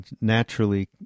naturally